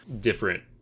different